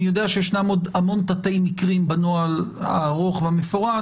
אני יודע שישנם עוד המון תתי-מקרים בנוהל הארוך והמפורט.